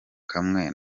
kamwe